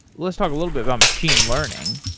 let's talk a little bit about machine learning.